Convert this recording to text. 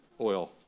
Oil